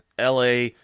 LA